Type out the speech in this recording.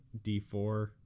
D4